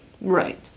Right